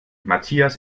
matthias